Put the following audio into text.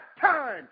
time